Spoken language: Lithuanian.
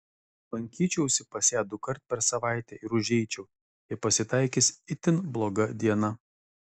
lankyčiausi pas ją dukart per savaitę ir užeičiau jei pasitaikys itin bloga diena